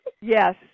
Yes